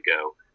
go